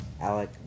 Alec